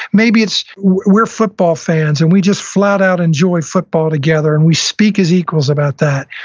maybe it's we're football fans and we just flat out enjoy football together and we speak as equals about that.